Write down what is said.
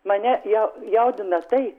mane jau jaudina tai